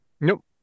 Nope